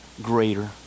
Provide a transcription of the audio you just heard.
greater